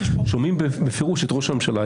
שומעים בפירוש את ראש הממשלה,